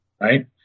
right